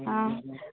हा